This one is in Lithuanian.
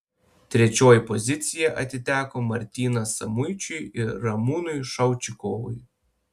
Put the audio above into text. trečioji pozicija atiteko martynas samuičiui ir ramūnui šaučikovui